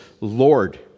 Lord